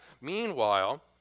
Meanwhile